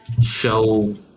show